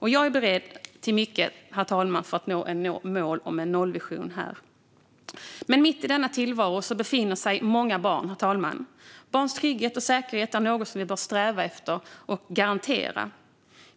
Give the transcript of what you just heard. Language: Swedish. Jag är beredd till mycket, herr talman, för att nå målet om en nollvision här. Mitt i denna tillvaro befinner sig många barn, herr talman. Barns trygghet och säkerhet är något som vi bör sträva efter och garantera.